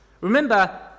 remember